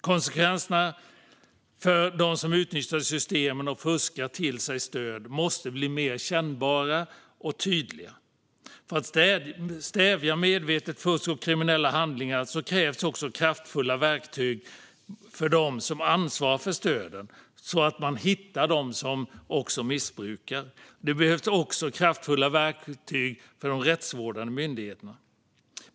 Konsekvenserna för dem som utnyttjar systemen och fuskar till sig stöd måste bli mer kännbara och tydliga. För att stävja medvetet fusk och kriminella handlingar krävs också kraftfulla verktyg för dem som ansvarar för stöden, så att man hittar dem som missbrukar. Det behövs också kraftfulla verktyg för de rättsvårdande myndigheterna.